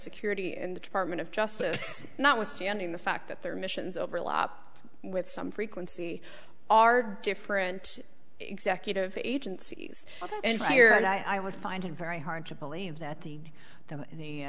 security and the department of justice notwithstanding the fact that their missions overlap with some frequency are different executive agencies and fire and i would find it very hard to believe that the the the